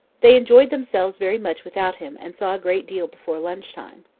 they enjoyed themselves very much without him, and saw a great deal before lunch-time.